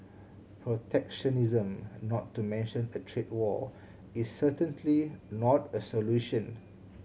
protectionism not to mention a trade war is certainly not a solution